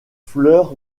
fleur